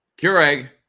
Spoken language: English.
Keurig